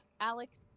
Alex